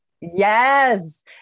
Yes